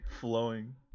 Flowing